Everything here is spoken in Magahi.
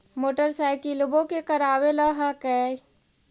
मोटरसाइकिलवो के करावे ल हेकै?